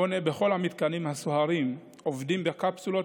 בכל המתקנים הסוהרים עובדים בקפסולות,